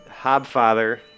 Hobfather